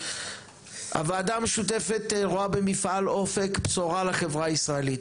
הוועדה המשותפת רואה במפעל אופק בשורה לחברה הישראלית,